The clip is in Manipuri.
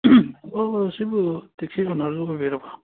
ꯑꯣ ꯁꯤꯕꯨ ꯇꯦꯛꯁꯤ ꯔꯣꯅꯔꯗꯣ ꯑꯣꯏꯕꯤꯔꯕꯣ